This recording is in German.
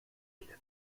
viele